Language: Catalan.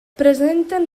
presenten